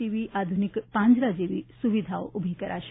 TV આધુનિક પાંજરા જેવી સુવિધા ઊભી કરાશે